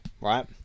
right